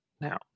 now